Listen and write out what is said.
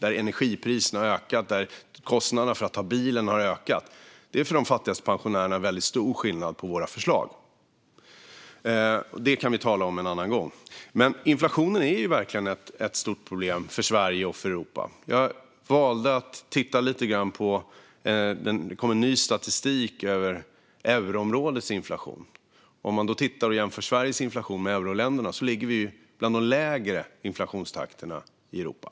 Energipriserna ökar och kostnaderna för att ta bilen ökar. Det är för de fattigaste pensionärerna väldigt stor skillnad på våra förslag. Men det kan vi tala om en annan gång. Inflationen är verkligen ett stort problem för Sverige och för Europa. Jag valde att titta lite grann på den nya statistik över euroområdets inflation som nyss kom. Om man jämför Sveriges inflation med euroländernas kan man se att vi har bland de lägre inflationstakterna i Europa.